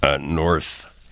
North